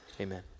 amen